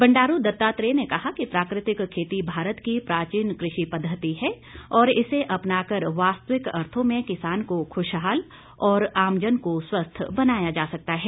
बंडारू दत्तात्रेय ने कहा कि प्राकृतिक खेती भारत की प्राचीन कृषि पद्धति है और इसे अपनाकर वास्तविक अर्थो में किसान को ख्शहाल और आमजन को स्वस्थ बनाया जा सकता है